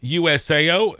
usao